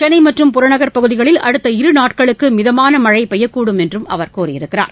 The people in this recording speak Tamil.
சென்னை மற்றும் புறநகர் பகுதிகளில் அடுத்த இரு நாட்களுக்கு மிதமான மழை பெய்யக்கூடும் என்றும் அவர் கூறியுள்ளார்